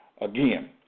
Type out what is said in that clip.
again